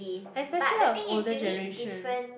especial are older generation